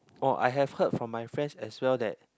oh I have heard from my friends as well that